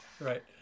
Right